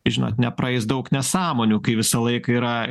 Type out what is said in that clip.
žinot nepraeis daug nesąmonių kai visą laiką yra